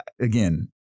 again